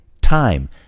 time